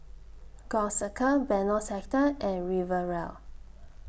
Gul Circle Benoi Sector and Riviera